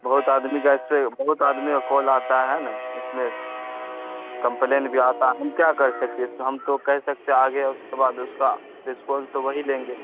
بہت آدمی کا اس سے بہت آدمی کا کال آتا ہے نا اس میں کمپلین بھی آتا ہے ہم کیا کر سکتے ہم تو کہہ سکتے آگے اس کے بعد اس کا رسپانس تو وہی لیں گے